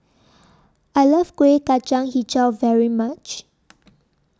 I Love Kueh Kacang Hijau very much